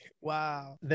wow